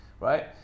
right